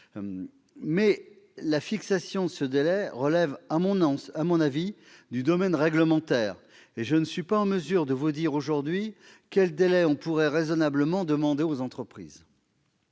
la fixation de ce délai relève à mon avis du domaine réglementaire, et je ne suis pas en mesure de vous dire aujourd'hui quel délai on pourrait raisonnablement demander aux entreprises.